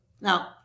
Now